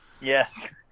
Yes